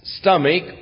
stomach